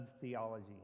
theology